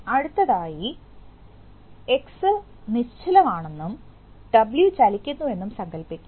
അടുത്തതായി എക്സ് നിശ്ചലം ആണെന്നും ഡബ്ല്യു ചലിക്കുന്നുവെന്നും സങ്കൽപ്പിക്കുക